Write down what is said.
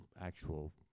actual